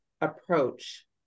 approach